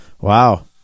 wow